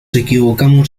equivocamos